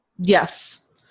Yes